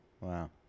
Wow